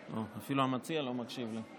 ליצמן אינו מקשיב לי.